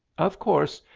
of course,